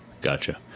Gotcha